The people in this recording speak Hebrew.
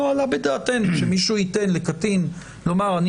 לא עלה בדעתנו שמישהו ייתן לקטין לומר: אני